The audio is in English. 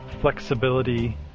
flexibility